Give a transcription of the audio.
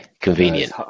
convenient